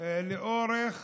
לאורך